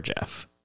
Jeff